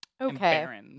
Okay